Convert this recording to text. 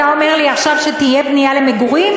אתה אומר לי עכשיו שתהיה בנייה למגורים?